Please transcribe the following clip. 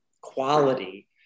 quality